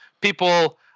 People